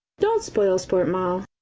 don't spoil sport, moll!